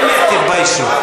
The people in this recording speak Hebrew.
באמת תתביישו.